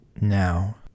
Now